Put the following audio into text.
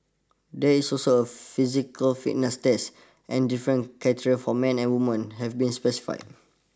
there is also a physical fitness test and different criteria for men and women have been specified